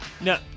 No